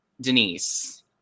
Denise